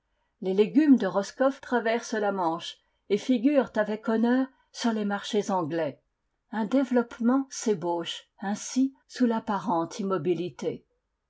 les légumes de roscofl traversent la manche et figurent avec honneur sur les marchés anglais un dévelop pement s'ébauche ainsi sous l'apparente immobilité